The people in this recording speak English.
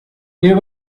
there